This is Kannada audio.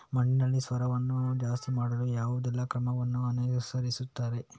ಮಣ್ಣಿನಲ್ಲಿ ಸಾರವನ್ನು ಜಾಸ್ತಿ ಮಾಡಲು ಯಾವುದೆಲ್ಲ ಕ್ರಮವನ್ನು ಅನುಸರಿಸುತ್ತಾರೆ